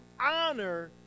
honor